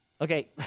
Okay